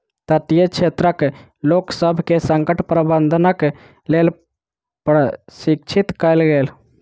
तटीय क्षेत्रक लोकसभ के संकट प्रबंधनक लेल प्रशिक्षित कयल गेल